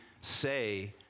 say